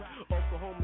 Oklahoma